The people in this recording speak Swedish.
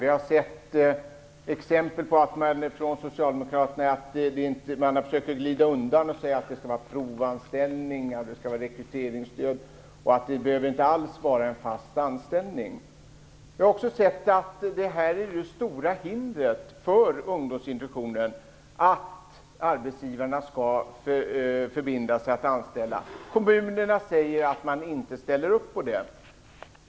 Vi har sett exempel på att man från socialdemokratiskt håll har försökt glida undan med att säga att det skall vara fråga om provanställningar och rekryteringsstöd, inte alls fasta anställningar. Vi har också sett att det stora hindret för ungdomsintroduktionen är att arbetsgivarna skall förbinda sig att anställa. Kommunerna säger att de inte ställer upp för det.